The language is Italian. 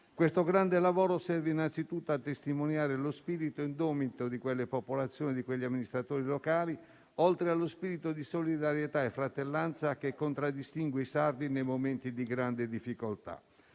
Questo grande lavoro serve innanzitutto a testimoniare lo spirito indomito di quelle popolazioni e di quegli amministratori locali, oltre allo spirito di solidarietà e fratellanza che contraddistingue i sardi nei momenti di grande difficoltà,